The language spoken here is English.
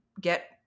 get